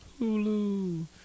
Hulu